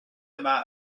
yma